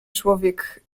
człowiek